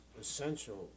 essential